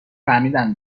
فهمیدم